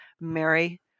Mary